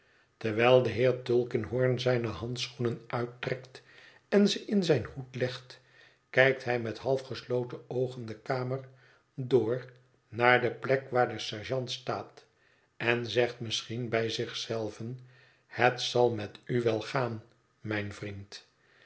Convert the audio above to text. terwijl de heer tulkinghorn zijne handschoenen uittrekt en ze in zijn hoed legt kijkt hij met halfgesloten oogen de kamer door naar de plek waar de sergeant staat en zegt misschien bij zich zelven het zal met u wel gaan mijn vriend